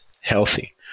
healthy